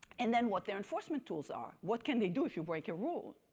and then what their enforcement tools are. what can they do if you break a rule?